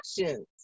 options